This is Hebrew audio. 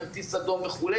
כרטיס אדום וכו'.